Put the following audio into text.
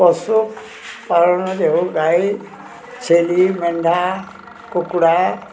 ପଶୁ ପାଳନରେ ଗାଈ ଛେଳି ମେଣ୍ଢା କୁକୁଡ଼ା